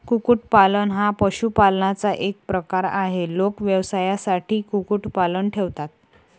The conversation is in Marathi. कुक्कुटपालन हा पशुपालनाचा एक प्रकार आहे, लोक व्यवसायासाठी कुक्कुटपालन ठेवतात